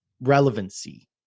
relevancy